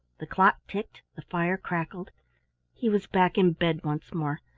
the clock ticked, the fire crackled he was back in bed once more,